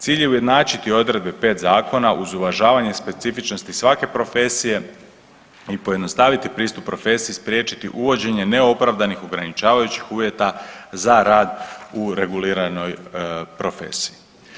Cilj je ujednačiti odredbe pet zakona uz uvažavanje specifičnosti svake profesije i pojednostaviti pristup profesiji, spriječiti uvođenje neopravdanih ograničavajućih uvjeta za rad u reguliranoj profesiji.